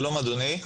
שלום אדוני,